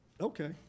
Okay